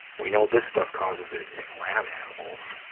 we know this stuff causes it in lab animals.